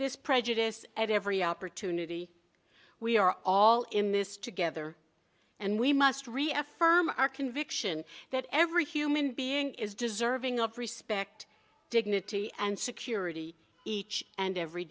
this prejudice at every opportunity we are all in this together and we must reaffirm our conviction that every human being is deserving of respect dignity and security each and every